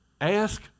Ask